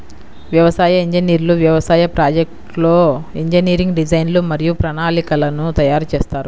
వ్యవసాయ ఇంజనీర్లు వ్యవసాయ ప్రాజెక్ట్లో ఇంజనీరింగ్ డిజైన్లు మరియు ప్రణాళికలను తయారు చేస్తారు